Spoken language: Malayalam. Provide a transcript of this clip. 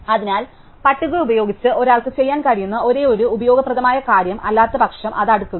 അതിനാൽ പട്ടിക ഉപയോഗിച്ച് ഒരാൾക്ക് ചെയ്യാൻ കഴിയുന്ന ഒരേയൊരു ഉപയോഗപ്രദമായ കാര്യം അല്ലാത്തപക്ഷം അത് അടുക്കുക